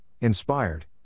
inspired